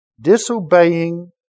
Disobeying